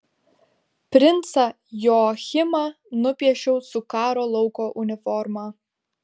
princą joachimą nupiešiau su karo lauko uniforma